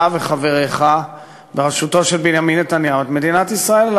וחבריך בראשותו של בנימין נתניהו את מדינת ישראל.